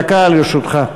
דקה לרשותך.